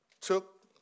took